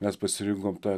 mes pasirinkom tą